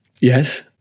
yes